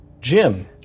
Jim